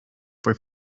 for